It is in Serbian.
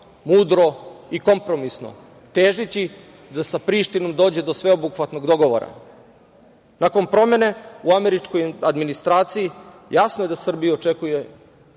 mudro i kompromisno težeći da sa Prištinom dođe do sveobuhvatnog dogovora. Nakon promene u američkoj administraciji jasno je da Srbiju očekuje udruženi